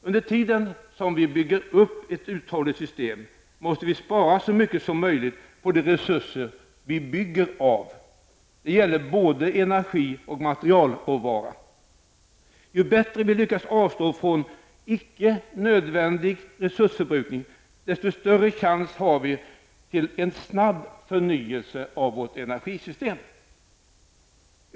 Under tiden som vi bygger upp ett uthålligt system måste vi spara så mycket som möjligt på de resurser som vi bygger av. Det gäller både energi och materialråvara. Ju bättre vi lyckas avstå från icke nödvändig resursförbrukning, desto större chans har vi till en snabb förnyelse av vårt energisystem.